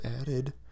added